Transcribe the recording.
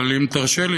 אבל אם תרשה לי,